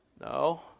No